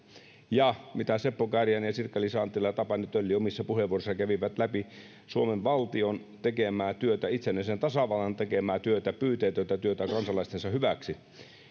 ja mitä seppo kääriäinen sirkka liisa anttila ja tapani tölli omissa puheenvuoroissaan kävivät läpi suomen valtion tekemää työtä itsenäisen tasavallan tekemää pyyteetöntä työtä kansalaistensa hyväksi